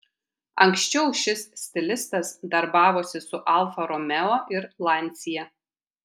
anksčiau šis stilistas darbavosi su alfa romeo ir lancia